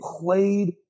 played